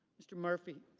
mr. murphy.